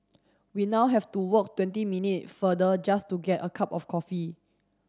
we now have to walk twenty minute farther just to get a cup of coffee